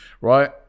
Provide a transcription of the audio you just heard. right